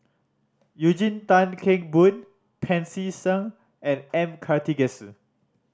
Eugene Tan Kheng Boon Pancy Seng and M Karthigesu